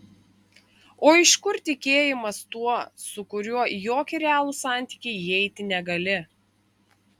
o iš kur tikėjimas tuo su kuriuo į jokį realų santykį įeiti negali